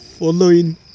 Following